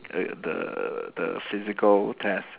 err the the physical test